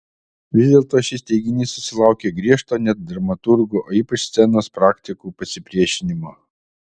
vis dėlto šis teiginys susilaukė griežto net dramaturgų o ypač scenos praktikų pasipriešinimo